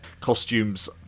costumes